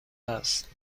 است